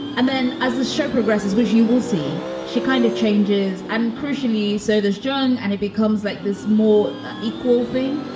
and then as the show progresses, you will see she kind of changes and crucially. so there's joan and it becomes like this more ah equal thing.